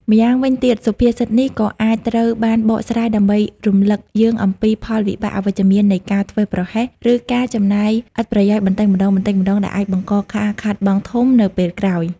ម្យ៉ាងវិញទៀត សុភាសិតនេះក៏អាចត្រូវបានបកស្រាយដើម្បីរំលឹកយើងអំពី ផលវិបាកអវិជ្ជមាននៃការធ្វេសប្រហែស ឬការចំណាយឥតប្រយោជន៍បន្តិចម្តងៗ ដែលអាចបង្កការខាតបង់ធំនៅពេលក្រោយ។